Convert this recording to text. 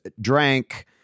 drank